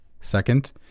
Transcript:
Second